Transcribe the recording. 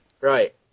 Right